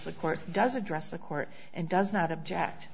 the court does address the court and does not object